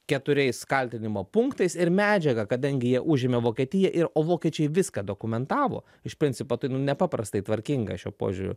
keturiais kaltinimo punktais ir medžiaga kadangi jie užėmė vokietiją ir o vokiečiai viską dokumentavo iš principo tai nepaprastai tvarkinga šiuo požiūriu